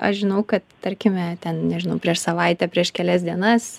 aš žinau kad tarkime ten nežinau prieš savaitę prieš kelias dienas